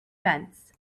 fence